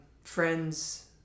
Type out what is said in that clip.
friends